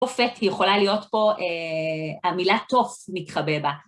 תופת, היא יכולה להיות פה, המילה תוף מתחבא בה.